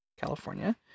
California